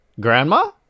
grandma